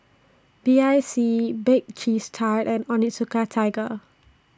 B I C Bake Cheese Tart and Onitsuka Tiger